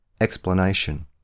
explanation